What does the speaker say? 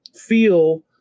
feel